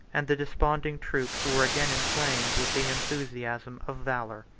and the desponding troops were again inflamed with the enthusiasm of valor.